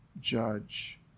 judge